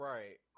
Right